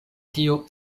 tio